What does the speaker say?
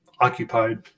occupied